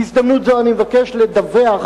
בהזדמנות זו אני מבקש לדווח